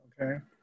Okay